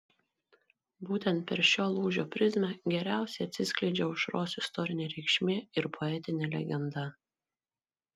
būtent per šio lūžio prizmę geriausiai atsiskleidžia aušros istorinė reikšmė ir poetinė legenda